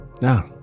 Now